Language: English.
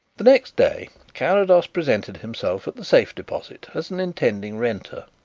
the next day carrados presented himself at the safe-deposit as an intending renter.